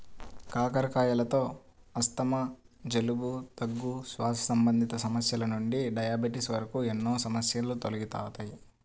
కాకరకాయలతో ఆస్తమా, జలుబు, దగ్గు, శ్వాస సంబంధిత సమస్యల నుండి డయాబెటిస్ వరకు ఎన్నో సమస్యలు తొలగిపోతాయి